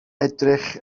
edrych